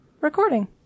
recording